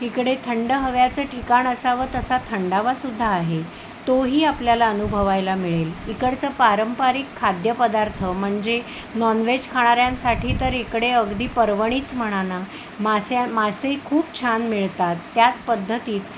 इकडे थंड हवेचं ठिकाण असावं तसा थंडावा सुद्धा आहे तोही आपल्याला अनुभवायला मिळेल इकडचं पारंपारिक खाद्यपदार्थ म्हणजे नॉनव्हेज खाणाऱ्यांसाठी तर इकडे अगदी परवणीच म्हणा ना मासे मासे खूप छान मिळतात त्याच पद्धतीत